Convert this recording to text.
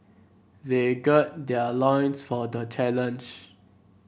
they gird their loins for the challenge